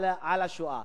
על השואה.